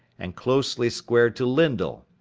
and closely square to lyndal,